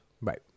Right